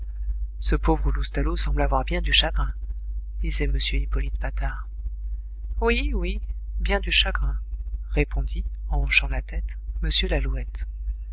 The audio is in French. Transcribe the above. ce pauvre loustalot semble avoir bien du chagrin disait m hippolyte patard oui oui bien du chagrin répondit en hochant la tête m lalouette